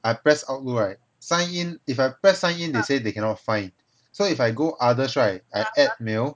I press outlook right sign in if I press sign in they say they cannot find so if I go others right I add mail